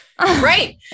right